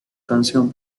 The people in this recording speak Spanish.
canción